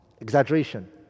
Exaggeration